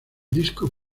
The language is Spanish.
disco